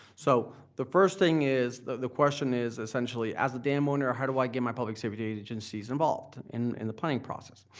so the first thing is, the the question is essentially, as a dam owner, how do i get my public service agencies involved in in the planning process?